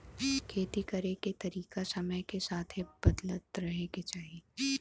खेती करे के तरीका समय के साथे बदलत रहे के चाही